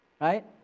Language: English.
Right